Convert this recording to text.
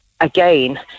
again